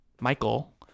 Michael